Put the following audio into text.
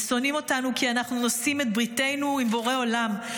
הם שונאים אותנו כי אנחנו נושאים בריתנו עם בורא עולם.